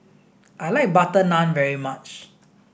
I like butter naan very much